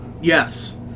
Yes